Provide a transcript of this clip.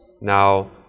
Now